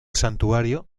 santuario